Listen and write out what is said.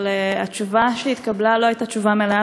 אבל התשובה שהתקבלה לא הייתה תשובה מלאה,